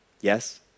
yes